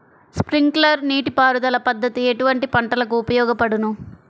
Sprinkler నీటిపారుదల పద్దతి ఎటువంటి పంటలకు ఉపయోగపడును?